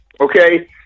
Okay